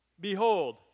Behold